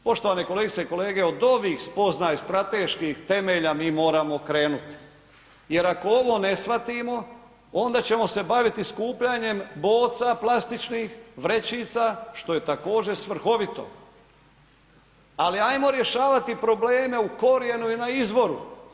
Poštovane kolegice i kolege, od ovih spoznaja iz strateških temelja mi moramo krenuti jer ako ovo ne shvatimo, onda ćemo se baviti skupljanjem boca plastičnih, vrećica što je također svrhovito ali ajmo rješavati problem u korijenu i na izvoru.